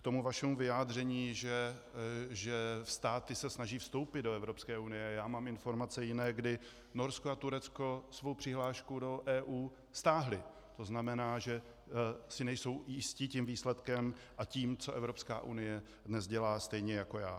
K tomu vašemu vyjádření, že státy se snaží vstoupit do Evropské unie, já mám informace jiné, kdy Norsko a Turecko svou přihlášku do EU stáhly, to znamená, že si nejsou jisty výsledkem a tím, co Evropská unie dnes dělá, stejně jako já.